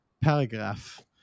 paragraph